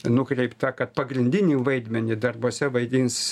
nukreipta kad pagrindinį vaidmenį darbuose vaidins